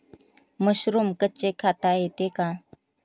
Mushroom कच्चे खाता येते का?